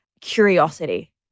curiosity